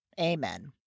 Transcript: Amen